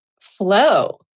flow